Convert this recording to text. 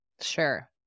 Sure